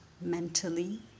mentally